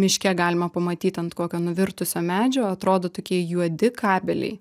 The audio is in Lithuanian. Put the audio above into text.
miške galima pamatyt ant kokio nuvirtusio medžio atrodo tokie juodi kabeliai